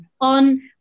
on